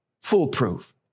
foolproof